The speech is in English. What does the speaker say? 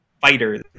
fighters